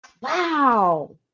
wow